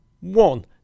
one